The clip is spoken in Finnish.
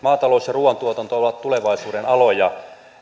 maatalous ja ruuantuotanto ovat tulevaisuuden aloja